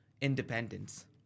independence